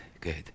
Good